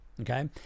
okay